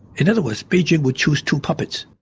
in other words, beijing would choose two puppets.